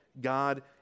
God